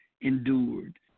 endured